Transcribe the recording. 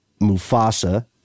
Mufasa